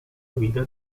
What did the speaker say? guida